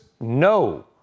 no